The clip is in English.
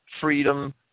freedom